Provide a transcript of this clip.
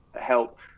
help